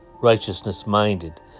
Righteousness-minded